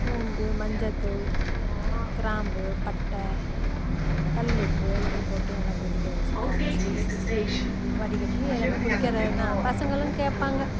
பூண்டு மஞ்சத்தூள் கிராம்பு பட்டை கல் உப்பு எல்லாமே போட்டு நல்லா கொதிக்க வச்சு காய்ச்சி வடிகட்டி எல்லாருமே குடிக்கிறது தான் பசங்களும் கேட்பாங்க